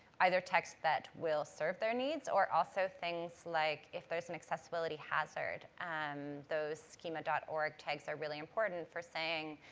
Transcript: either texts that will serve their needs or also things like, if there's an accessibility hazard, um those schema org. tags are really important for saying,